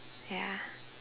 ya